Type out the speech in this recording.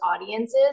audiences